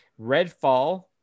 Redfall